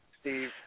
Steve